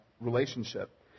relationship